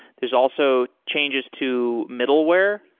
there's also changes to middleware,